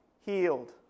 healed